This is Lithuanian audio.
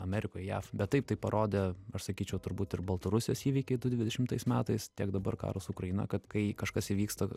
amerikoj jav bet taip tai parodė aš sakyčiau turbūt ir baltarusijos įvykiai du dvidešimtais metais tiek dabar karas ukraina kad kai kažkas įvyksta